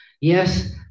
Yes